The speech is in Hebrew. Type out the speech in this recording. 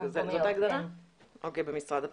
במשרד הפנים.